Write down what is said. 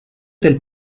del